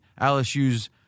LSU's